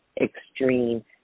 extreme